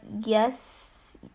yes